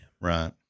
Right